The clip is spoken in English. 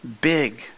big